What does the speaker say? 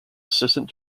assistant